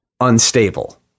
unstable